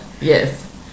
Yes